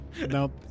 Nope